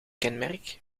kenmerk